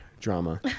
drama